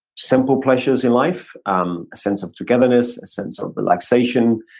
simple pleasures in life, um a sense of togetherness, a sense of relaxation,